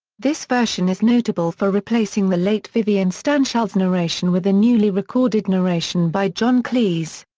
this version is notable for replacing the late vivian stanshall's narration with a newly recorded narration by john cleese.